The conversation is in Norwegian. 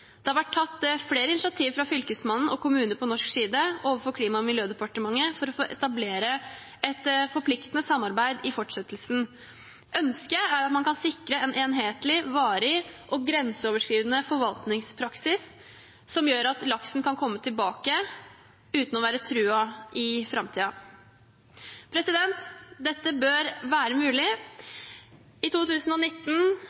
Det har vært tatt flere initiativ fra Fylkesmannen og kommuner på norsk side overfor Klima- og miljødepartementet for å etablere et forpliktende samarbeid i fortsettelsen. Ønsket er at man kan sikre en enhetlig, varig og grenseoverskridende forvaltningspraksis som gjør at laksen kan komme tilbake uten å være truet i framtiden. Dette bør være